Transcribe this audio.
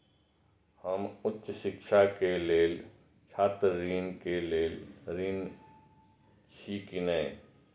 हम उच्च शिक्षा के लेल छात्र ऋण के लेल ऋण छी की ने?